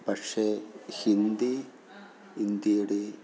പക്ഷേ ഹിന്ദി ഇന്ത്യയുടെ